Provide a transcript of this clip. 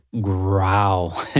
growl